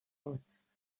aus